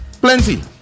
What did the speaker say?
Plenty